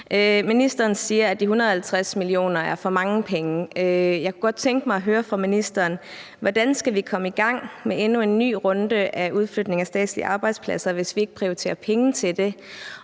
Ministeren siger, at de 150 mio. kr. er for mange penge. Jeg kunne godt tænke mig at høre ministeren: Hvordan skal vi komme i gang med endnu en ny runde af udflytning af statslige arbejdspladser, hvis vi ikke prioriterer penge til det?